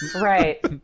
Right